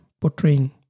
portraying